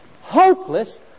hopeless